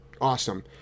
awesome